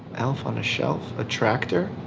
elf on a shelf, a tractor?